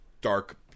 dark